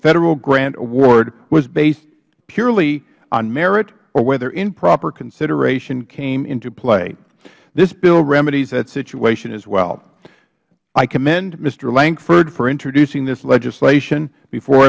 federal grant award was based purely on merit or whether improper consideration came into play this bill remedies that situation as well i commend mister lankford for introducing this legislation before